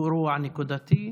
הוא אירוע נקודתי.